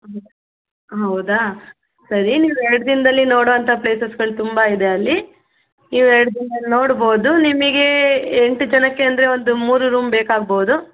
ಹಾಂ ಹೌದಾ ಸರಿ ನೀವು ಎರಡು ದಿನದಲ್ಲಿ ನೋಡೋವಂಥ ಪ್ಲೇಸಸ್ಗಳು ತುಂಬ ಇದೆ ಅಲ್ಲಿ ನೀವು ಎರಡು ದಿನದಲ್ಲಿ ನೋಡ್ಬೌದು ನಿಮಗೆ ಎಂಟು ಜನಕ್ಕೆ ಅಂದರೆ ಒಂದು ಮೂರು ರೂಮ್ ಬೇಕಾಗ್ಬೌದು